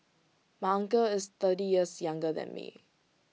my uncle is thirty years younger than me